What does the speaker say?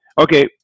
okay